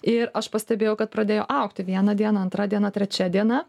ir aš pastebėjau kad pradėjo augti vieną dieną antra diena trečia diena